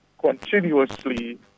continuously